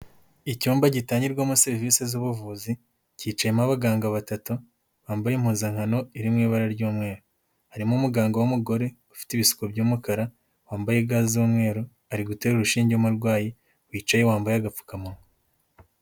Icyumba gitangirwamo serivisi z'ubuvuzi, cyicayemo abaganga batatu, bambaye impuzankano iri mu ibara ry'umweru. Harimo umuganga w'umugore, ufite ibisuko by'umukara, wambaye ga z'umweru, ari gutera urushinge umurwayi, wicaye wambaye agapfukamunwa.